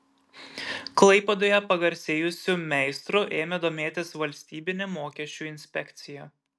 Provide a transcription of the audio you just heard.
klaipėdoje pagarsėjusiu meistru ėmė domėtis valstybinė mokesčių inspekcija